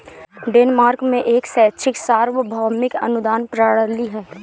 Denmark में एक शैक्षिक सार्वभौमिक अनुदान प्रणाली है